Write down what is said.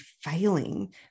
failing